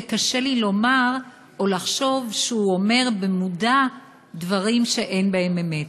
כי קשה לי לומר או לחשוב שהוא אומר במודע דברים שאין בהם אמת.